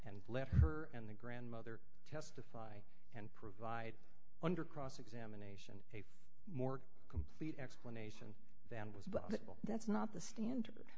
and let her and the grandmother testify and provide under cross examination more complete explanation than it was but that's not the standard